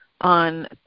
on